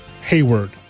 Hayward